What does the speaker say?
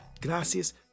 Gracias